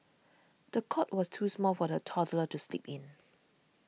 the cot was too small for the toddler to sleep in